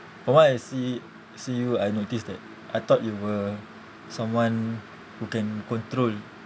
from what I see see you I noticed that I thought you were someone who can control